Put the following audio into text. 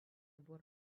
пур